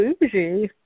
bougie